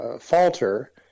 falter